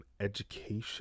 education